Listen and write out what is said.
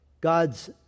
God's